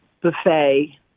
buffet